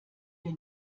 wir